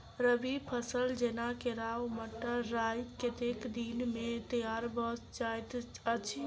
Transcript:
रबी फसल जेना केराव, मटर, राय कतेक दिन मे तैयार भँ जाइत अछि?